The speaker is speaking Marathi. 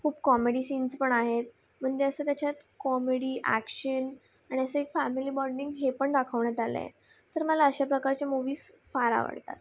खूप कॉमेडी सीन्स पण आहेत म्हणजे असं त्याच्यात कॉमेडी ॲक्शन आणि असं एक फॅमिली बाँडिंग हे पण दाखवण्यात आलं आहे तर मला अशा प्रकारच्या मूव्हीस फार आवडतात